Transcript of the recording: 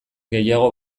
gehiago